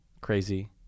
crazy